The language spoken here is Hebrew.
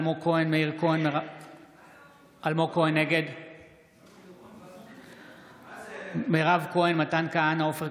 אינו נוכח משה